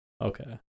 Okay